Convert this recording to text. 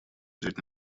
взять